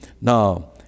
Now